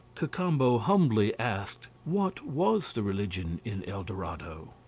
cacambo humbly asked, what was the religion in el dorado?